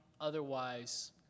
otherwise